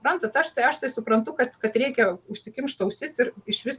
suprantat aš tai aš tai suprantu kad kad reikia užsikimšt ausis ir iš vis